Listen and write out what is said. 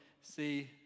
see